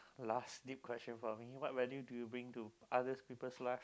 last deep question for me what value do you bring to others people's life